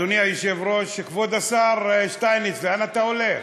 אדוני היושב-ראש, כבוד השר שטייניץ, לאן אתה הולך?